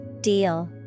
deal